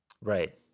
Right